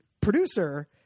producer